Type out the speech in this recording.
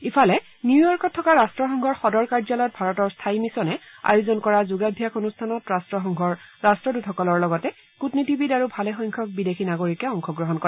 ইফালে নিউয়ৰ্কত থকা ৰাট্টসংঘৰ সদৰ কাৰ্যালয়ত ভাৰতৰ স্থায়ী মিছনে আয়োজন কৰা যোগাভ্যাস অনুষ্ঠানত ৰাট্ৰসংঘৰ ৰাট্ৰদূতসকলৰ লগতে কূটনীতিবিদ আৰু ভালেসংখ্যক বিদেশী নাগৰিকে অংশগ্ৰহণ কৰে